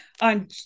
On